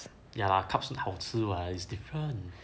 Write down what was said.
ya lah cups 很好吃 [what] it's different